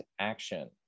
action